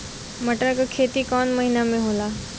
मटर क खेती कवन महिना मे होला?